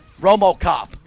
RomoCop